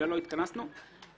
בגללו התכנסנו.